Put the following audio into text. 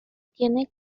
tiene